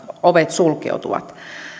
ovet sulkeutuvat